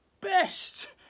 best